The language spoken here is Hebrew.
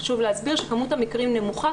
חשוב להסביר שכמות המקרים נמוכה.